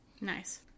Nice